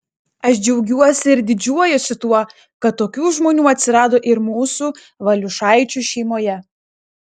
aš džiaugiuosi ir didžiuojuosi tuo kad tokių žmonių atsirado ir mūsų valiušaičių šeimoje